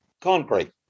concrete